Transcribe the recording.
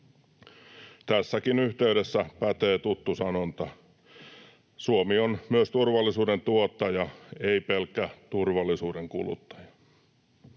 Tässäkin yhteydessä pätee tuttu sanonta: Suomi on myös turvallisuuden tuottaja, ei pelkkä turvallisuuden kuluttaja.